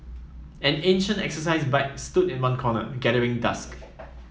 an ancient exercise bike stood in one corner gathering dust